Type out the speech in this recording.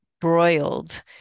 Broiled